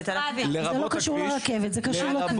זה לא קשור לרכבת , זה קשור לכביש.